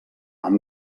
amb